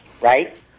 right